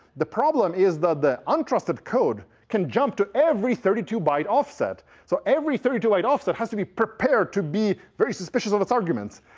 the problem is that the untrusted code can jump to every thirty two byte offset. so every thirty two byte offset has to be prepared to be very special in its arguments.